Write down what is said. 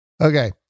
Okay